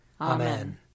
Amen